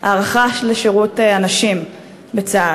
הארכה של שירות הנשים בצה"ל.